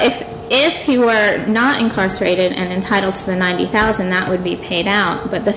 if if he were not incarcerated and titles for ninety thousand that would be paid out but the